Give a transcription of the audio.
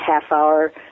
half-hour